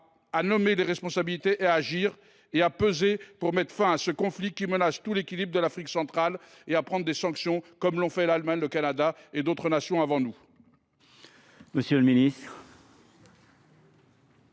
à nommer les responsables, à agir et à peser pour mettre fin à ce conflit qui menace tout l’équilibre de l’Afrique centrale ? Envisagez vous de prendre des sanctions, comme l’ont déjà fait l’Allemagne, le Canada et d’autres nations ? La